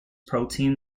protein